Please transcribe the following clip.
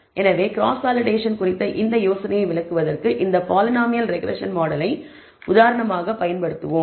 எனவே cross validation குறித்த இந்த யோசனையை விளக்குவதற்கு இந்த பாலினாமியல் ரெக்ரெஸ்ஸன் மாடலை உதாரணமாக பயன்படுத்துவோம்